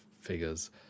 figures